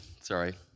sorry